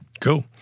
Cool